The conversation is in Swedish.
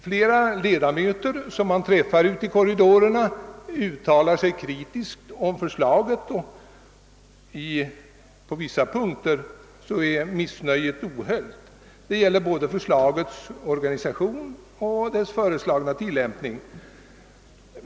Flera ledamöter som man träffar ute i korridorerna uttalar sig kritiskt om förslaget, och på vissa punkter är missnöjet ohöljt. Det gäller både organisationen och tillämpningen enligt förslaget.